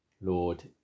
Lord